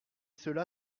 cela